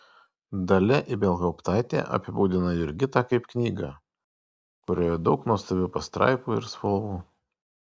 dalia ibelhauptaitė apibūdina jurgitą kaip knygą kurioje daug nuostabių pastraipų ir spalvų